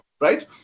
right